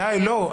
די, לא.